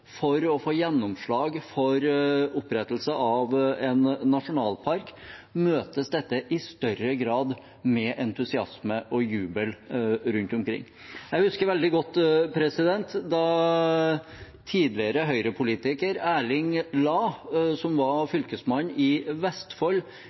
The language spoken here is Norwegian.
for å få gjennomslag for opprettelse av en nasjonalpark, møtes dette i større grad med entusiasme og jubel rundt omkring. Jeg husker veldig godt da tidligere Høyre-politiker Erling Lae, som var